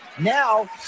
Now